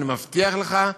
אני מבטיח לך,